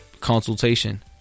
consultation